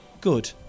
good